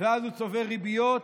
ואז הוא צובר ריביות